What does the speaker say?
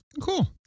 Cool